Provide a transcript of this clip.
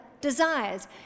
desires